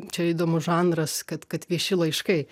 čia įdomus žanras kad kad vieši laiškai